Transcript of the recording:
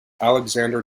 alexander